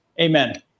Amen